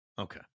Okay